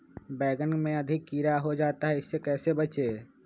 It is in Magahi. बैंगन में अधिक कीड़ा हो जाता हैं इससे कैसे बचे?